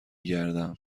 گردم